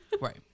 right